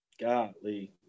golly